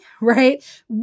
right